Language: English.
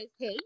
Hey